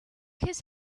his